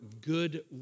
good